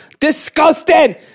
disgusting